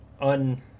un